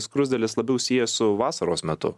skruzdėles labiau sieja su vasaros metu